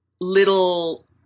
little